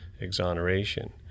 exoneration